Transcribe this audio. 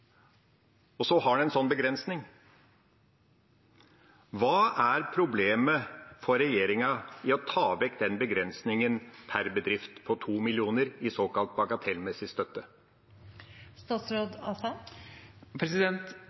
Og så har det en slik begrensning. Hva er problemet for regjeringa med å ta vekk den begrensningen per bedrift på 2 mill. kr i såkalt bagatellmessig støtte?